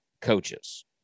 coaches